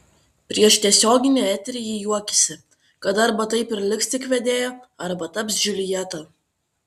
prieš tiesioginį eterį ji juokėsi kad arba taip ir liks tik vedėja arba taps džiuljeta